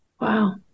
wow